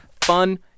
fun